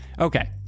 Okay